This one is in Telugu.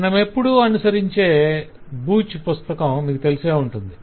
మనమెప్పుడూ అనుసరించే బూచ్ పుస్తకం మీకు తెలిసే ఉంటుంది